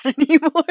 anymore